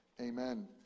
amen